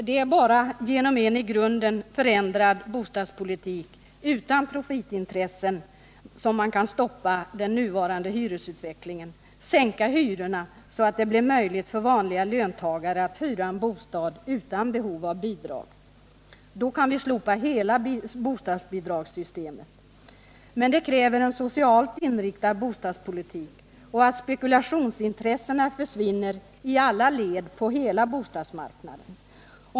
Det är bara genom en i grunden förändrad bostadspolitik utan profitintressen som man kan stoppa den nuvarande hyresutvecklingen — sänka hyrorna så att det blir möjligt för vanliga löntagare att hyra en bostad utan att behöva bidrag. Då kan vi slopa hela bostadsbidragssystemet. Men det kräver att vi får en socialt inriktad bostadspolitik och att spekulationsintressena försvinner i alla led på hela bostadsmarknaden.